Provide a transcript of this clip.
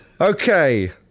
Okay